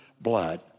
blood